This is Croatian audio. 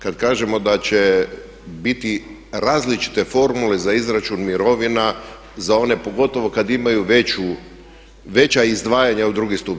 Kad kažemo da će biti različite formule za izračun mirovina za one pogotovo kad imaju veća izdvajanja u drugi stup.